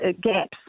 gaps